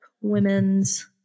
Women's